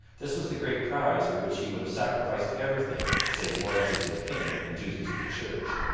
this was the great prize for which he would have sacrificed everything save loyalty to the king and duty to the church.